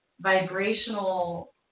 vibrational